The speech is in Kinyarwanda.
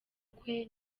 kwe